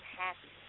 happy